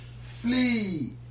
Flee